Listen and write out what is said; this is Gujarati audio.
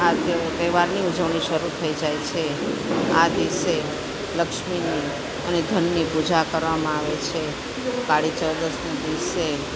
આ ત તહેવારની ઉજવણી શરૂ થય જાય છે આ દિવસે લક્ષ્મીની અને ધનની પૂજા કરવામાં આવે છે કાળી ચૌદસના દિવસે